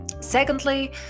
secondly